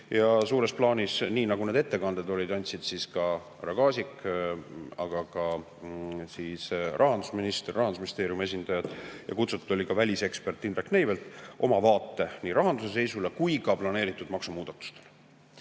Suures plaanis, nii nagu need ettekanded olid, andsid härra Kaasik ja ka rahandusminister, Rahandusministeeriumi esindajad – kutsutud oli ka välisekspert Indrek Neivelt – oma vaate nii rahanduse seisule kui ka planeeritud maksumuudatustele.